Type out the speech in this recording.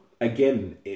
Again